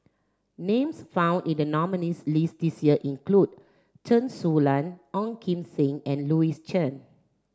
names found in the nominees list this year include Chen Su Lan Ong Kim Seng and Louis Chen